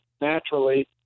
naturally